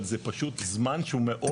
אבל זה פשוט זמן שהוא מאוד.